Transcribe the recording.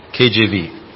KJV